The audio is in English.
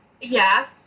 Yes